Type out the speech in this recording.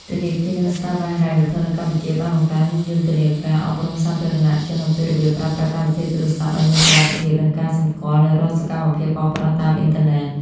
ធនាគារ និងស្ថាប័នហិរញ្ញវត្ថុនៅកម្ពុជាបានបង្កើនយុទ្ធនាការអប់រំសាធារណជនអំពីរបៀបប្រើប្រាស់កម្មវិធីទូរស័ព្ទឱ្យមានសុវត្ថិភាព និងការសម្គាល់នូវរាល់សកម្មភាពបោកប្រាស់តាមអ៊ីនធឺណិត។